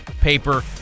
paper